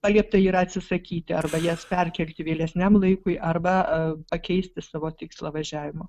paliepta yra atsisakyti arba jas perkelti vėlesniam laikui arba pakeisti savo tikslą važiavimo